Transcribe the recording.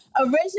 Originally